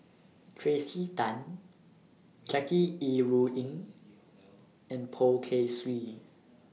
Tracey Tan Jackie Yi Ru Ying and Poh Kay Swee